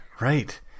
right